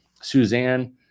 suzanne